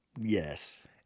yes